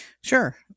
Sure